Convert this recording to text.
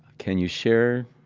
can you share